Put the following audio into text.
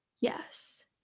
Yes